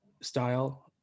style